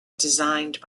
designed